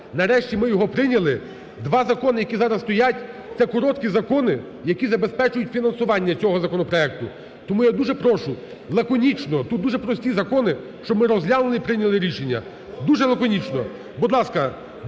Нарешті ми його прийняли. Два закони, які зараз стоять, це короткі закони, які забезпечують фінансування цього законопроекту. Тому я дуже прошу лаконічно, тут дуже прості закони, щоб ми розглянули і прийняли рішення. дуже лаконічно. Будь ласка,